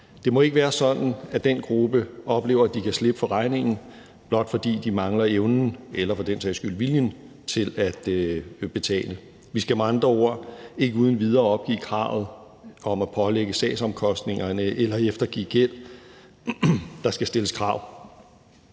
Det må ikke være sådan, at den gruppe oplever, at de kan slippe for regningen, blot fordi de mangler evnen eller for den sags skyld viljen til at betale. Vi skal med andre ord ikke uden videre opgive kravet om at pålægge sagsomkostningerne eller eftergive gæld, og der skal stilles krav.